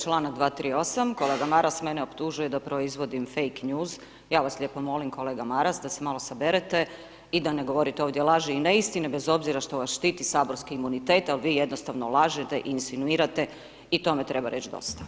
Čl. 238. kolega Maras mene optužuje da proizvodim fake news, ja vas lijepo molim, kolega Maras, da se malo saberete i da ne govorite ovdje laži i neistine bez obzira što vas štiti saborski imunitet, ali vi jednostavno lažete i insinuirate i tome treba reći dosta.